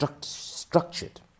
structured